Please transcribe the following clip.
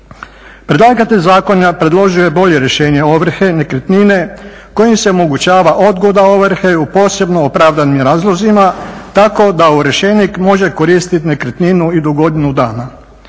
Predlagatelj zakona predložio je bolje rješenje ovrhe nekretnine kojim se omogućava odgoda ovrhe u posebno opravdanim razlozima, tako da u rješenje može koristit nekretninu u do godinu dana.